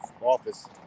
office